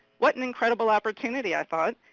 what an incredible opportunity, i thought,